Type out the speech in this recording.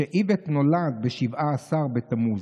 שאיווט נולד ב-17 בתמוז.